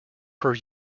per